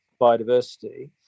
biodiversity